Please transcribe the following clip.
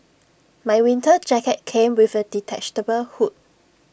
my winter jacket came with A detachable hood